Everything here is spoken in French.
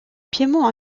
piémont